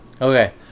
Okay